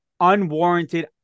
unwarranted